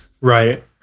Right